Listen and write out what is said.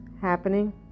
happening